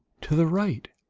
to the right.